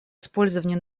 использования